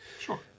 Sure